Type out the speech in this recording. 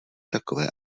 takové